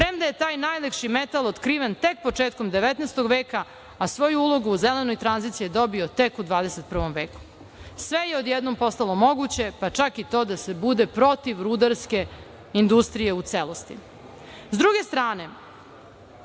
premda je taj najlakši metal otkriven tek početkom 19. veka, a svoju ulogu u zelenoj tranziciji je dobio tek u 21. veku. Sve je odjednom postalo moguće, pa čak i to da se bude protiv rudarske industrije u celosti.S druge strane,